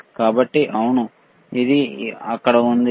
కాబట్టి అవును ఇది అక్కడ ఉంది